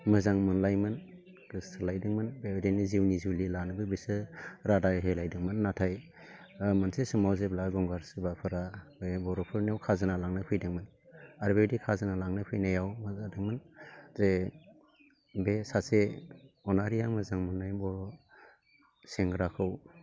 मोजां मोनलायोमोन गोसोथोलायदोंमोन बेबायदिनो जिउनि जुलि लानोबो बिसोर रादाय होलायदोंमोन नाथाय ओ मोनसे समाव जेब्ला गंगार सुबाफोरा बे बर'फोरनियाव खाजिना लांनो फैदोंमोन आरो बेबायदि खाजिना लांनो फैनायाव मा जादोंमोन जे बे सासे अनारिया मोजां मोननाय बर' सेंग्राखौ